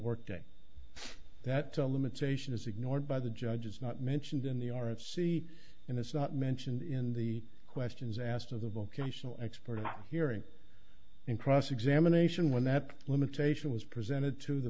work day that limitation is ignored by the judges not mentioned in the r of c and it's not mentioned in the questions asked of the vocational expert not hearing in cross examination when that limitation was presented to the